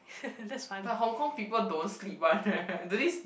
but Hong-Kong people don't sleep one right